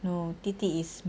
no 弟弟 is